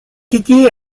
dédiée